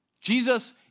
Jesus